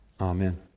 Amen